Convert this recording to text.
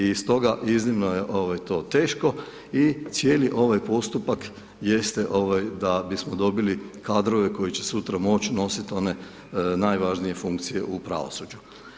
I stoga iznimno je to teško i cijeli ovaj postupak jeste da bismo dobili kadrove koji će sutra moći nositi one najvažnije funkcije u pravosuđu.